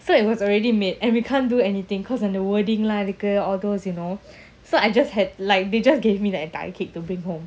so it was already made and we can't do anything cause of the wording lah எதுக்கு:edhuku all those you know so I just had like they just gave me the entire cake to bring home